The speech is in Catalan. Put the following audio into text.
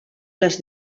les